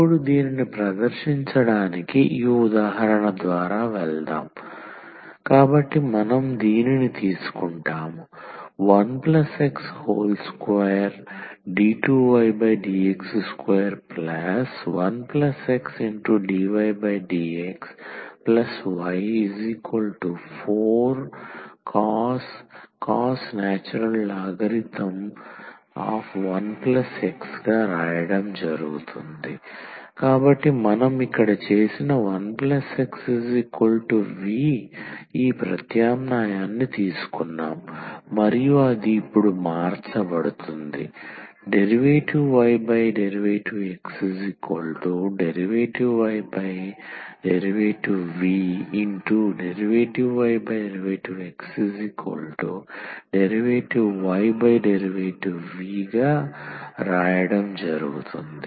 ఇప్పుడు దీనిని ప్రదర్శించడానికి ఈ ఉదాహరణ ద్వారా వెళ్దాం కాబట్టి మనం దీనిని తీసుకుంటాము 1x2d2ydx21xdydxy4cos ln 1x కాబట్టి మనం ఇక్కడ చేసిన 1xv ఈ ప్రత్యామ్నాయాన్ని తీసుకున్నాము మరియు అది ఇప్పుడు మార్చబడుతుంది dydxdydvdvdxdydv